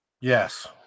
Yes